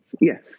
Yes